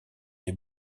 des